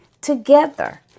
together